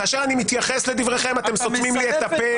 כאשר אני מתייחס לדבריכם, אתם סותמים לי את הפה.